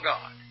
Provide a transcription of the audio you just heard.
God